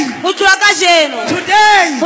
today